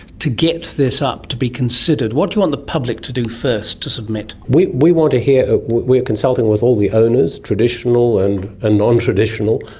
to get this up to be considered? what do you want the public to do first to submit? we we want to hear. we're consulting with all the owners, traditional and ah non-traditional,